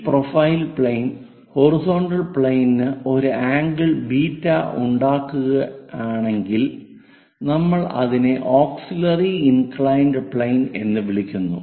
ഈ profile plane horizontal പ്ലെയിനിന് ഒരു ആംഗിൾ ബീറ്റ β ഉണ്ടാക്കുകയാണെങ്കിൽ നമ്മൾ അതിനെ ഓക്സിലിയറി ഇന്കളഇൻഡ് പ്ലെയിൻ എന്ന് വിളിക്കുന്നു